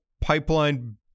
pipeline